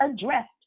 addressed